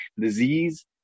disease